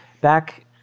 back